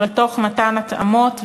אבל תוך מתן התאמות,